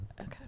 Okay